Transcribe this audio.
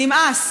נמאס.